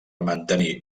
mantenir